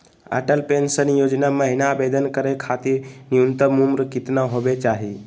Atal pension Yojana महिना आवेदन करै खातिर न्युनतम उम्र केतना होवे चाही?